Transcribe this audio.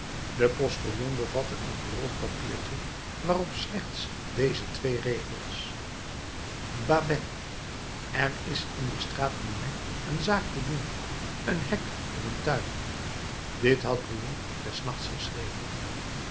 de postillon bevatte een gerold papiertje waarop slechts deze twee regels babet er is in de straat plumet een zaak te doen een hek om een tuin dit had brujon des nachts geschreven